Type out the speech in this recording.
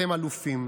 אתם אלופים,